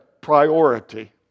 priority